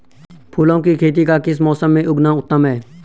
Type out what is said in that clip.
फूलों की खेती का किस मौसम में उगना उत्तम है?